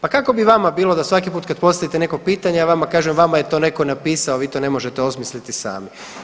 Pa kako bi vama bilo da svaki put kad postavite pitanje ja vama kažem vama je to neko napisao vi to ne možete osmisliti sami?